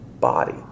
body